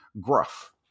gruff